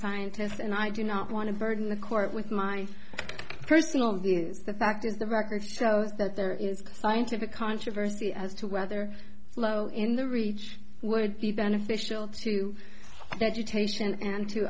scientists and i do not want to burden the court with my personal views the fact is the record shows that there is scientific controversy as to whether low in the reach would be beneficial to education and t